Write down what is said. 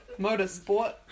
Motorsport